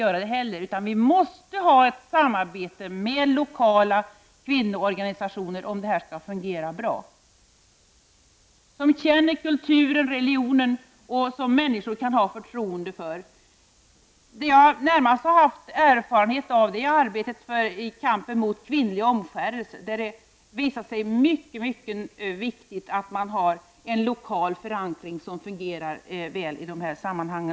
För att det här skall fungera bra måste vi ha ett samarbete med lokala kvinnoorganisationer som känner till kulturen och religionen och som människor kan ha förtroende för. Vad jag närmast har erfarenhet av är arbetet i kampen mot kvinnlig omskärelse. Det har visat sig vara mycket viktigt att det finns en lokal förankring som fungerar väl i dessa sammanhang.